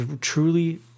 truly